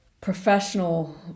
professional